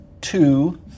two